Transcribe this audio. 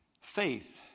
Faith